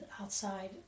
outside